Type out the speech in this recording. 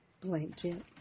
Blanket